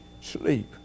sleep